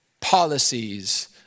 policies